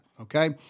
Okay